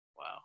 Wow